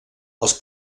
els